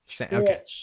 Okay